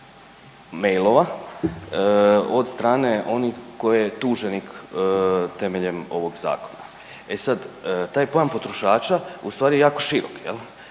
mailova od strane onih ko je tuženik temeljem ovog zakona. E sad taj pojam potrošača ustvari je jako širok jel,